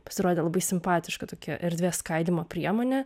pasirodė labai simpatiška tokia erdvės skaidymo priemonė